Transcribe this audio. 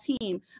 team